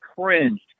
cringed